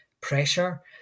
pressure